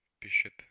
Bishop